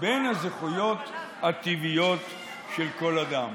בין הזכויות הטבעיות של כל אדם.